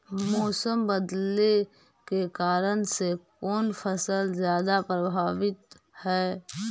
मोसम बदलते के कारन से कोन फसल ज्यादा प्रभाबीत हय?